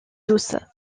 douce